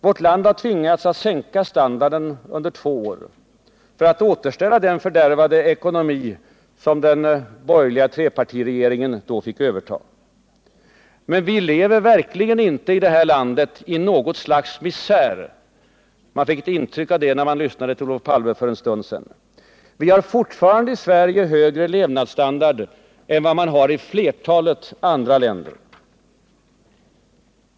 Vårt land har tvingats att sänka standarden under två år för att återställa den fördärvade ekonomi som den borgerliga trepartiregeringen fick överta hösten 1976. Men vi lever verkligen i detta land inte i något slags misär. Man fick det intrycket när man lyssnade till Olof Palme för en stund sedan. Vårt land har fortfarande högre levnadsstandard än flertalet andra länder.